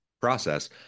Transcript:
process